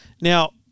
Now